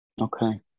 Okay